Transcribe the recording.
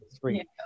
three